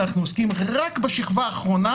אנחנו עוסקים רק בשכבה האחרונה,